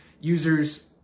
users